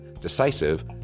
decisive